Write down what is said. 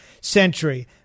century